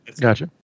gotcha